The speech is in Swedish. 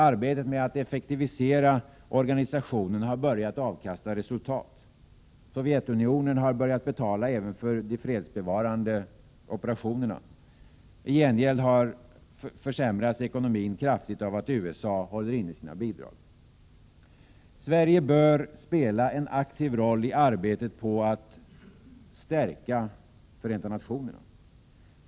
Arbetet med att effektivisera organisationen har börjat avkasta resultat. Sovjetunionen har börjat betala även för de fredsbevarande operationerna. I gengäld försämras ekonomin kraftigt av att USA håller inne sina bidrag. Sverige bör spela en aktiv roll i arbetet på att stärka FN.